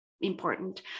important